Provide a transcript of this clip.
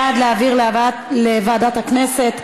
בעד להעביר לוועדת הכנסת.